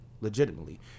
legitimately